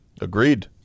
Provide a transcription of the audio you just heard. Agreed